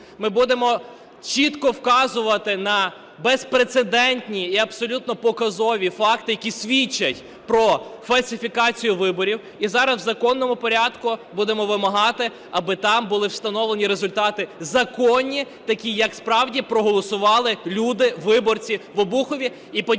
ми будемо чітко вказувати на безпрецедентні і абсолютно показові факти, які свідчать про фальсифікацію виборів. І зараз у законному порядку будемо вимагати, аби там були встановлені результати законні, такі, як справді проголосували люди, виборці в Обухові, і подібні